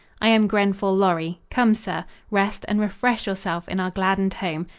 i am grenfall lorry. come, sir rest and refresh yourself in our gladdened home.